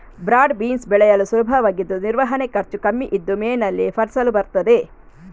broad beans ಬೆಳೆಯಲು ಸುಲಭವಾಗಿದ್ದು ನಿರ್ವಹಣೆ ಖರ್ಚು ಕಮ್ಮಿ ಇದ್ದು ಮೇನಲ್ಲಿ ಫಸಲು ಬರ್ತದೆ